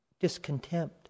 discontempt